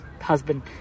husband